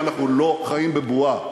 ואנחנו לא חיים בבועה.